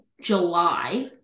July